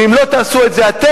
ואם לא תעשו את זה אתם,